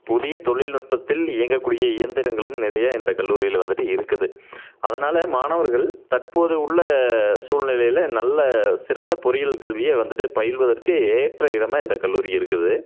புதிய தொழில்நுட்பத்தில் இயங்கக்கூடிய இயந்திரங்களும் நிறைய இந்த கல்லூரியில் வந்துவிட்டு இருக்குது அதனால் மாணவர்கள் தற்போது உள்ள சூழ்நிலையில நல்ல சிறந்த பொறியியல் கல்வியை வந்துவிட்டு பயில்வதற்கு ஏற்ற இடமாக இந்த கல்லூரி இருக்குது